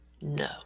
no